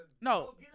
No